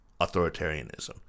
authoritarianism